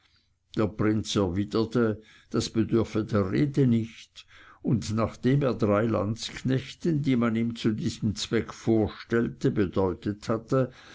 der prinz erwiderte das bedürfe der rede nicht und nachdem er drei landsknechten die man ihm zu diesem zweck vorstellte bedeutet hatte